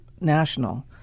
national